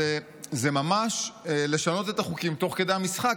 זה ממש לשנות את החוקים תוך כדי המשחק,